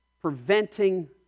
preventing